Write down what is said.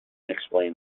explained